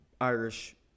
Irish